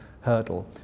hurdle